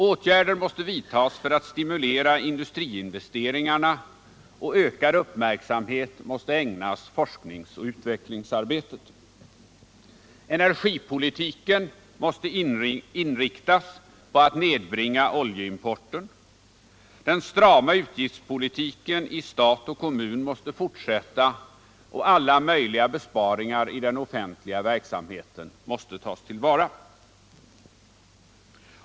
Åtgärder måste vidtas för att industriinvesteringarna skall stimuleras och ökad uppmärksamhet måste ägnas forsknings och utvecklingsarbetet. Energipolitiken måste inriktas på att nedbringa oljeimporten. Den strama utgiltspolitiken i stat och kommun måste fortsatta, och alla möjligheter till besparingar i den offentliga verksamheten måste tas till vara.